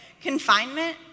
confinement